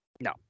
No